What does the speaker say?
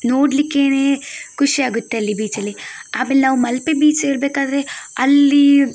ನೋಡಲಿಕ್ಕೇನೆ ಖುಷಿಯಾಗುತ್ತೆ ಅಲ್ಲಿ ಬೀಚಲ್ಲಿ ಆಮೇಲೆ ನಾವು ಮಲ್ಪೆ ಬೀಚ್ ಇರಬೇಕಾದ್ರೆ ಅಲ್ಲಿ